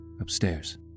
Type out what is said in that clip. Upstairs